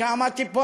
כשעמדתי פה,